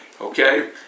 Okay